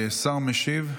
השר המשיב,